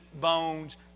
bones